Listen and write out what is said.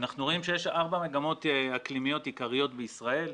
אנחנו רואים שיש ארבע מגמות אקלימיות עיקריות בישראל.